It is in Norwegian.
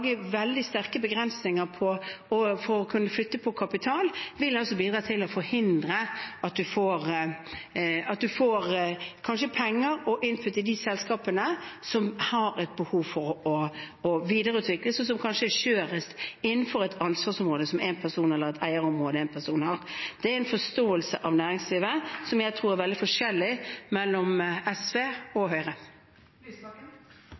veldig sterke begrensninger på å flytte kapital på den måten, vil altså kunne bidra til å forhindre at man får penger og input i de selskapene som har et behov for å videreutvikles, og som kanskje er skjørest innenfor et ansvarsområde eller et eierområde én person har. Det er en forståelse av næringslivet som jeg tror er veldig forskjellig i SV